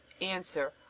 Answer